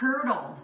curdled